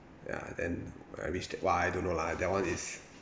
ya then I wish that !wah! I don't know lah that one is